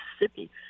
Mississippi